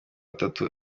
tatu